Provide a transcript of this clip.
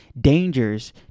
dangers